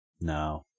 No